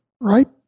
right